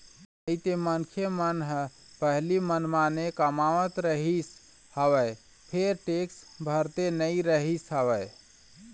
नइते मनखे मन ह पहिली मनमाने कमावत रिहिस हवय फेर टेक्स भरते नइ रिहिस हवय